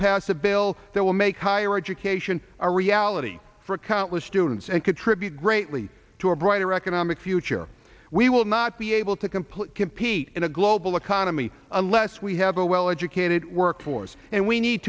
pass a bill that will make higher education a reality for countless students and contribute greatly to a brighter economic future we will not be able to complete compete in a global economy unless we have a well educated workforce and we need